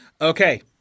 Okay